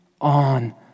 on